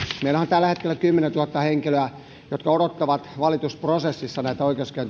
tällä hetkellä kymmenentuhatta henkilöä jotka odottavat valitusprosessissa näitä